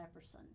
Epperson